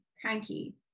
cranky